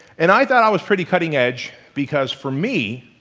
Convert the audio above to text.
and i thought i was pretty cutting-edge because for me,